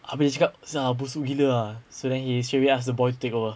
habis cakap busuk gila ah so then he straight away ask the boy to take over